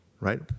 right